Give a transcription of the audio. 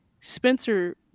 Spencer